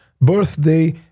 birthday